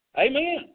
Amen